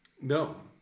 No